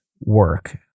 work